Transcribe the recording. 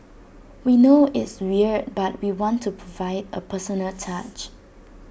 we know it's weird but we want to provide A personal touch